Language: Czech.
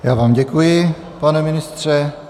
Já vám děkuji, pane ministře.